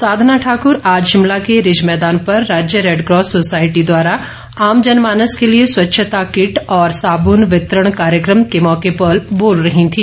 साधना ठाकुर आज शिमला के रिज मैदान पर राज्य रेडक्रॉस सोसाइटी द्वारा आम जनमानस के लिए स्वच्छता किट और साबून वितरण कार्यक्रम के मौके पर बोल रही थी